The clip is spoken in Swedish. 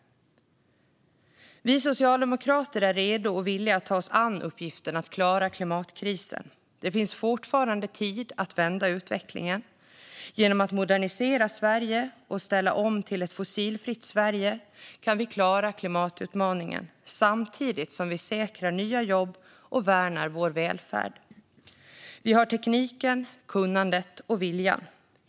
Vi socialdemokrater är redo och villiga att ta oss an uppgiften att klara klimatkrisen. Det finns fortfarande tid att vända utvecklingen. Genom att modernisera Sverige och ställa om till ett fossilfritt Sverige kan vi klara klimatutmaningen samtidigt som vi säkrar nya jobb och värnar vår välfärd. Vi har tekniken, kunnandet och viljan.